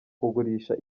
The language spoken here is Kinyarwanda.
kugurisha